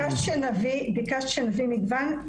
ביקשת שנביא מגוון,